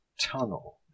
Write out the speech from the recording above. Tunnel